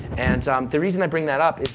and the reason i bring that up.